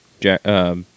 Jack